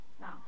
Now